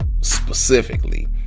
specifically